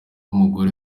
umugore